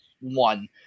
one